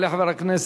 יעלה חבר הכנסת